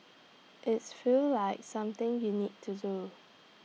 its feels like something you need to do